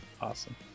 awesome